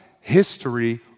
history